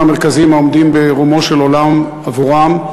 המרכזיים העומדים ברומו של עולם עבורם.